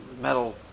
metal